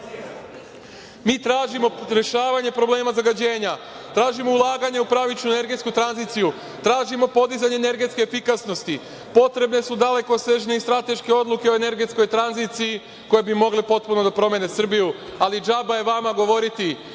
Mi tražimo rešavanje problema zagađenja, tražimo ulaganje u pravičnu energičnu tranziciju, tražimo podizanje energetske efikasnosti. Potrebne su dalekosežne i strateške odluke o energetskoj tranziciji koje bi mogle potpuno da promene Srbiju, ali džaba je vama govoriti.